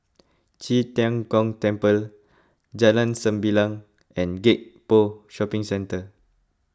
Qi Tian Gong Temple Jalan Sembilang and Gek Poh Shopping Centre